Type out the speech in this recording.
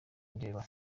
ndeba